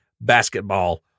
basketball